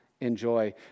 enjoy